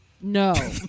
No